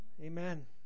amen